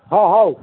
ହଁ ହଉ